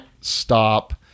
Stop